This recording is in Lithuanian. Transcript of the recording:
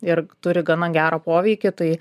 ir turi gana gerą poveikį tai